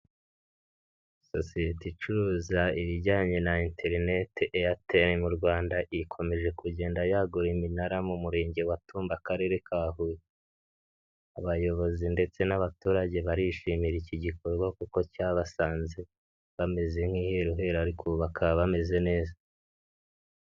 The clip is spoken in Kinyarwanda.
Sosiyete icuruza ibijyanye na interneti Airtel mu Rwanda ikomeje kugenda yagura iminara mu murenge wa Tumba, akarere ka Huye, abayobozi ndetse n'abaturage barishimira iki gikorwa kuko cyabasanze bameze nk'iheruheru ariko ubu bakaba bameze neza.